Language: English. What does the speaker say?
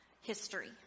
history